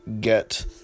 get